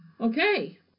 Okay